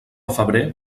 febrer